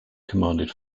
commanded